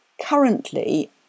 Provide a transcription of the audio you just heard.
Currently